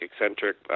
eccentric